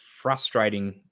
frustrating